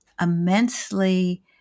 immensely